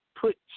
put